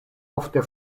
ofte